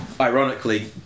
ironically